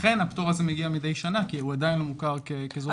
לכן הפטור הזה מגיע מידי שנה כי הוא עדיין לא מוכר כזרוע ביצוע.